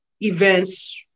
events